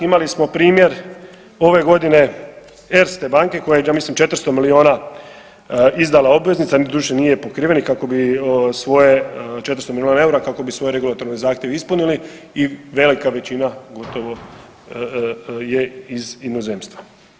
Imali smo primjer ove godine Erste banke koja ja mislim 400 milijuna izdala obveznica, doduše nije pokrivenih, kako bi svoje 400 milijuna eura, kako bi svoje regulatorne zahtjeve ispunili i velika većina, gotovo je iz inozemstva.